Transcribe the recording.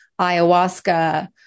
ayahuasca